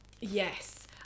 Yes